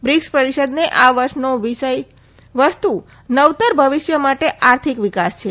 BRICS પરિષદને આ વર્ષનો વિષય વસ્તુ નવતર ભવિષ્ય માટે આર્થિક વિકાસ છે